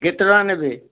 କେତେ ଟଙ୍କା ନେବେ